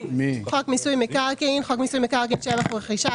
"חוק מיסוי מקרקעין" חוק מיסוי מקרקעין (שבח ורכישה),